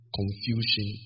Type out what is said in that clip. confusion